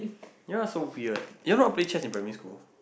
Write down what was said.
you all are so weird you all not playing chest in primary school